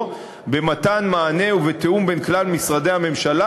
במתן מענה ובתיאום בין כלל משרדי הממשלה,